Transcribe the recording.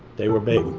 they were big.